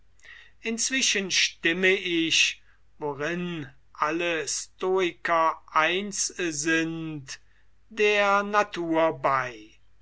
inzwischen stimme ich worin alle stoiker eins sind der natur bei